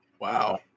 wow